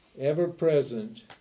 ever-present